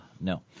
no